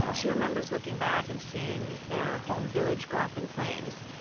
she remembers looking back and seeing their home village go up in flames,